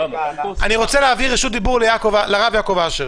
אני רוצה להעביר רשות דיבור לרב יעקב אשר.